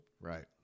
Right